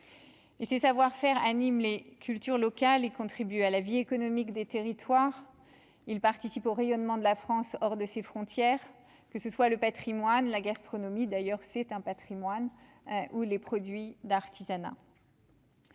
et ses savoir-faire, anime les cultures locales et contribuent à la vie économique des territoires, il participe au rayonnement de la France hors de ses frontières, que ce soit le Patrimoine, la gastronomie, d'ailleurs c'est un Patrimoine ou les produits d'artisanat.